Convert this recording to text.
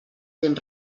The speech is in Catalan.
temps